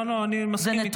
לא, לא, אני מסכים איתך.